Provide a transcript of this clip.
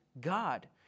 God